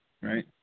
right